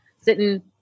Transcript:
sitting